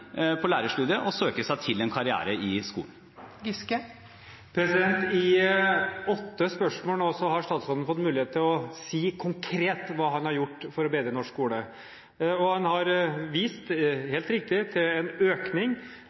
på lærerstudiet og søke seg til en karriere i skolen. I løpet av åtte spørsmål har statsråden nå fått mulighet til å si hva han konkret har gjort for å bedre norsk skole. Og han har, helt riktig, vist til en økning